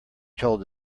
told